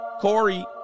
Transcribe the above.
Corey